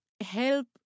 help